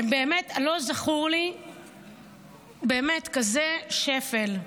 ולא זכור לי כזה שפל.